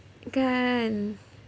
kan